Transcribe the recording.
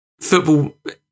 football